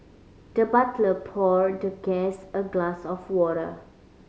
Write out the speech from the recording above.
the butler poured the guest a glass of water